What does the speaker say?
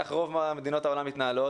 כך רוב מדינות העולם מתנהלות.